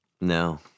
no